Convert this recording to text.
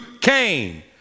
Cain